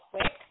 quick